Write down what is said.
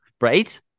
right